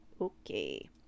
Okay